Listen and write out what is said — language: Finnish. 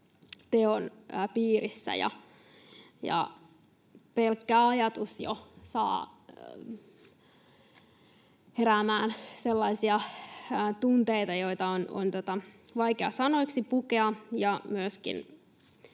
teon piirissä. Pelkkä ajatus jo saa heräämään sellaisia tunteita, joita on vaikea sanoiksi pukea, ja myöskin